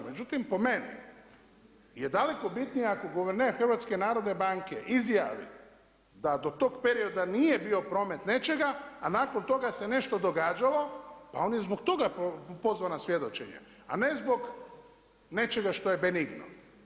Međutim, po meni je daleko bitnije ako guverner HNB-a izjavi da do tog perioda nije bio promet nečega a nakon toga se nešto događalo pa on je zbog toga pozvan na svjedočenje a ne zbog nečega što je benigno.